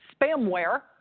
spamware